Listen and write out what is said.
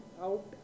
out